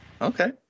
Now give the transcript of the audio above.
okay